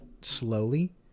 slowly